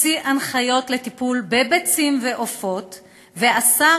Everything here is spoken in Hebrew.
הוציא הנחיות לטיפול בביצים ועופות ואסר